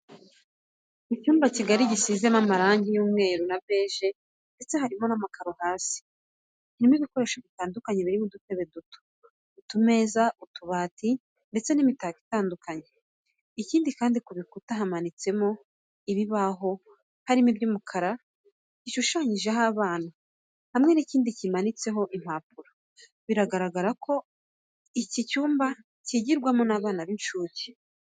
Icyumba kigari gisizemo amarange y'umweru na beje ndetse harimo n'amakaro hasi. Kirimo ibikoresho bitandukanye birimo udutebe duto, utumeza, utubati, ndetse n'imitako itandukanye. Ikindi kandi ku bikuta hamanitseho ibibaho harimo icy'umukara gishushanyijeho abana hamwe n'ikindi kimanitseho impapuro. Biragaragara ko icyi cyumba cyigirwamo n'abana b'incucye.